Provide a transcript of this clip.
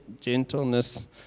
gentleness